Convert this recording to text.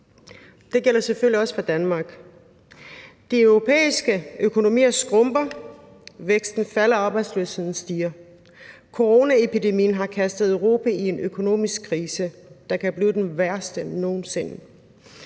Det gælder selvfølgelig også for Danmark. De europæiske økonomier skrumper, væksten falder, og arbejdsløsheden stiger. Coronaepidemien har kastet Europa ud i en økonomisk krise, der kan blive den værste nogen sinde.